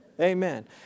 Amen